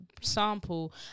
sample